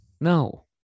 No